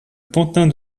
pantin